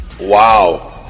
Wow